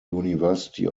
university